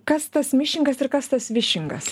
kas tas mišingas ir kas tas višingas